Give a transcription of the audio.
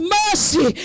mercy